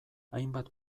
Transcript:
hainbat